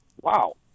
wow